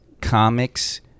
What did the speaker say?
comics